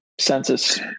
Census